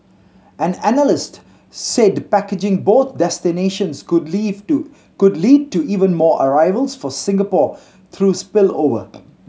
an analyst said packaging both destinations could live to could lead to even more arrivals for Singapore through spillover